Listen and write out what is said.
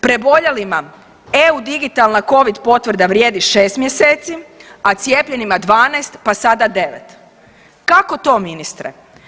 Preboljelima EU digitalna Covid potvrda vrijedi 6 mjeseci, a cijepljenjima 12 pa sada 9. Kako to ministre?